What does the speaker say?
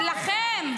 לכם?